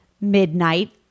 Midnight